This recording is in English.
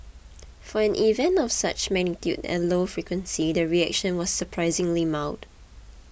for an event of such magnitude and low frequency the reaction was surprisingly mild